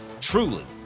Truly